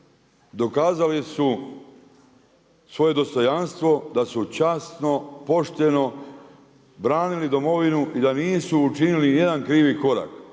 dokazali su svoje dostojanstvo da su časno, pošteno branili domovinu i da nisu učinili nijedan krivi korak